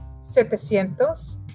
setecientos